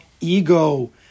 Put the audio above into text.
ego